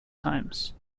times